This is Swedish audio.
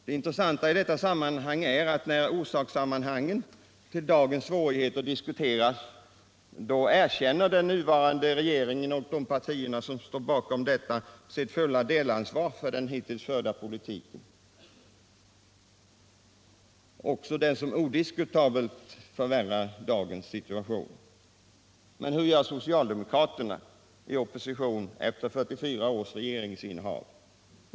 Det intressanta i detta sammanhang är att när orsakerna till dagens svårigheter diskuteras erkänner den nuvarande regeringen och de partier som står bakom den sitt fulla delansvar för den hittills förda politiken —- också den som odiskutabelt förvärrar dagens situation. Men hur gör socialdemokraterna i opposition efter 44 års regeringsinnehav?